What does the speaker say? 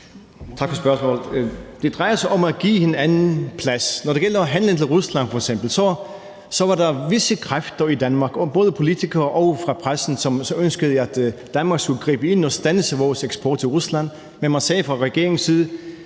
Det drejer sig om at give hinanden plads. Når det gælder handlen med f.eks. Rusland, var der visse kræfter i Danmark, både politikere og fra pressen, som ønskede, at Danmark skulle gribe ind og standse vores eksport til Rusland, men man sagde fra regeringens side: